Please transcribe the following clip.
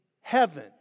heaven